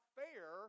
fair